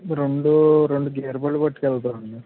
రెండు రెండు గేర్ బళ్ళు పట్టుకు వెళ్తామండి